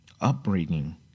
upbringing